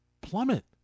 plummet